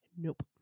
Nope